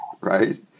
right